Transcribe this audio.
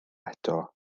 eto